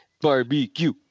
Barbecue